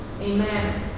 Amen